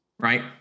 Right